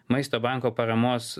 maisto banko paramos